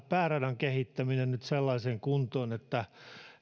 pääradan kehittäminen nyt sellaiseen kuntoon että